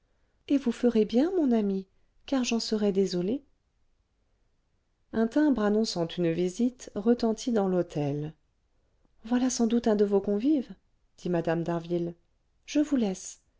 et vous ferez bien mon ami car j'en serais désolée un timbre annonçant une visite retentit dans l'hôtel voilà sans doute un de vos convives dit mme d'harville je vous laisse